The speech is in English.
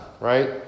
right